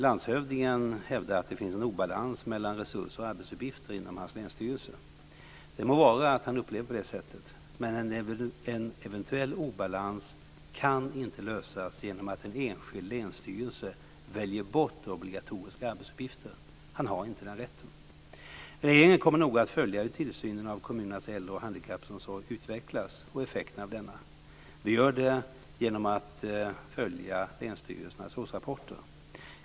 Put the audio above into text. Landshövdingen hävdar att det finns en obalans mellan resurser och arbetsuppgifter inom hans länsstyrelse. Det må vara att han upplever det på det sättet. Men en eventuell obalans kan inte lösas genom att en enskild länsstyrelse väljer bort obligatoriska arbetsuppgifter. Han har inte den rätten. Regeringen kommer noga att följa hur tillsynen av kommunernas äldre och handikappomsorg utvecklas och effekterna av denna. Vi gör det genom att följa länsstyrelsernas årsrapporter.